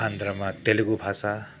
आन्ध्रमा तेलुगु भाषा